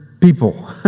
people